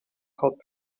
called